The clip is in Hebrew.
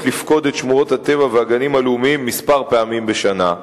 לפקוד את שמורות הטבע והגנים הלאומיים כמה פעמים בשנה.